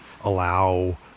allow